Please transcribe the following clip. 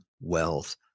wealth